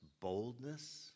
boldness